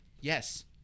Yes